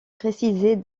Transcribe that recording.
précisée